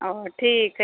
ओ ठीक हइ